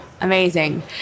amazing